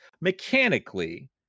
Mechanically